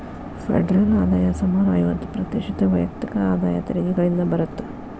federal ಆದಾಯ ಸುಮಾರು ಐವತ್ತ ಪ್ರತಿಶತ ವೈಯಕ್ತಿಕ ಆದಾಯ ತೆರಿಗೆಗಳಿಂದ ಬರತ್ತ